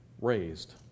raised